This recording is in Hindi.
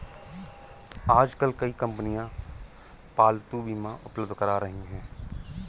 आजकल कई कंपनियां पालतू बीमा उपलब्ध करा रही है